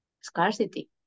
scarcity